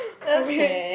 okay